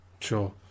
Sure